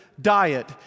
diet